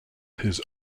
his